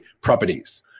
properties